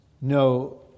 No